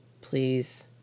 please